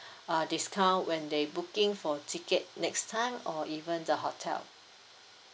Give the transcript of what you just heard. uh discount when they booking for ticket next time or even the hotel